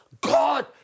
God